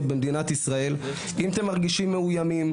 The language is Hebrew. במדינת ישראל: אם אתם מרגישים מאוימים,